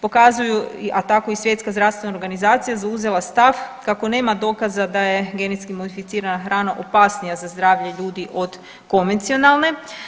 Pokazuju a tako i Svjetska zdravstvena organizacija zauzela stav kako nema dokaza da je genetski modificirana hrana opasnija za zdravlje ljudi od konvencionalne.